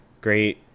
great